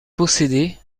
possédait